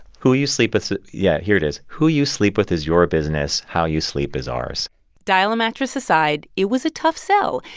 who you sleep with yeah, here it is. who you sleep with is your business. how you sleep is ours dial-a-mattress aside, it was a tough sell.